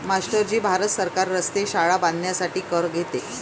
master ji Bharat सरकार रस्ते, शाळा बांधण्यासाठी कर घेते